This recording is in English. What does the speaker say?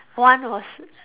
one was